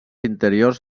interiors